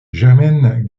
germaine